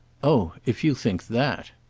oh if you think that!